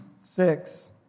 Six